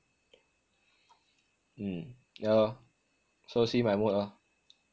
mm yah lor so see my mood lor